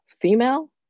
female